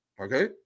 okay